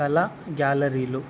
కళ గ్యాలరీలు